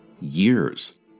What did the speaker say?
Years